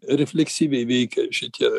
refleksyviai veikia šitie